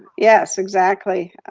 yes, exactly.